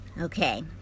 Okay